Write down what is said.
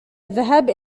الذهاب